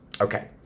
Okay